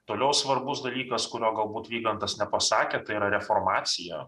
toliau svarbus dalykas kurio galbūt vygantas nepasakė tai yra reformacija